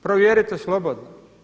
Provjerite slobodno.